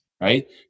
right